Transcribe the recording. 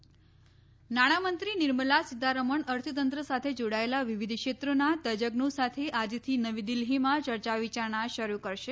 Nirmala budget પરામર્શ નાણામંત્રી નિર્મલા સીતારમણ અર્થતંત્ર સાથે જોડાયેલા વિવિધ ક્ષેત્રોના તજજ્ઞો સાથે આજથી નવી દિલ્હીમાં ચર્ચા વિચારણા શરૂ કરશે